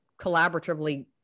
collaboratively